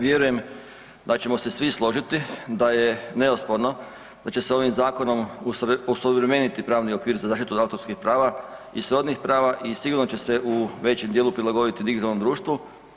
Vjerujem da ćemo se svi složiti da je neosporno da će se ovim zakonom osuvremeniti pravni okvir za zaštitu autorskih prava i srodnih prava i sigurno će se u većem dijelom prilagoditi digitalnom društvu.